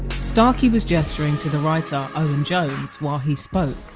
starkey was gesturing to the writer owen jones while he spoke.